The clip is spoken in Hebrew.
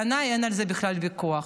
בעיניי אין על זה בכלל ויכוח.